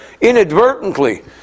inadvertently